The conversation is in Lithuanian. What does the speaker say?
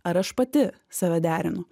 ar aš pati save derinu